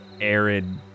arid